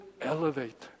elevate